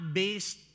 based